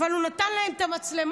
אבל הוא נתן להם את המצלמות.